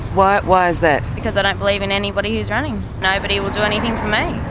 why why is that? because i don't believe in anybody who's running, nobody will do anything for me,